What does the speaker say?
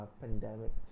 pandemic